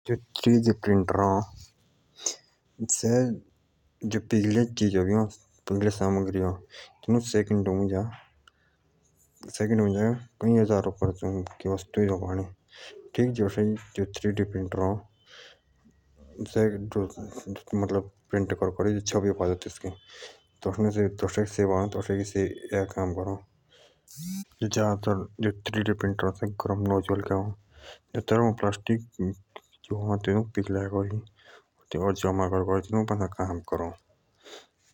Three D printer अ से जो पिघल चीज़ों अ तीनोंक सेकंड मुजा कही हजार वस्तु शकों बाड़े प्रिंट करें करी छपी करी रखो बड़े ज्यादा तर गर्म मसाल के अ जो थर्मोप्लास्टि पिघला करी काम करो।